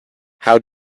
how